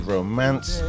Romance